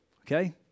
Okay